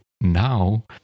now